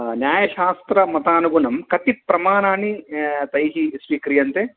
हा न्यायशास्त्रमतानुगुणं कति प्रमाणानि तैः स्वीक्रियन्ते